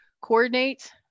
coordinate